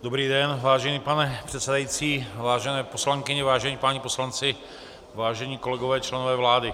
Dobrý den, vážený pane předsedající, vážené poslankyně, vážení páni poslanci, vážení kolegové, členové vlády.